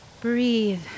breathe